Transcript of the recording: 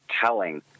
telling